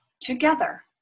together